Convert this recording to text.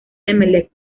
emelec